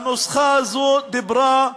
הנוסחה הזו דיברה,